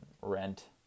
rent